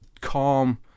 calm